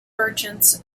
merchants